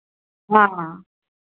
हाँ